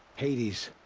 hades.